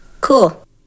Cool